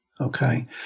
Okay